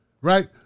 Right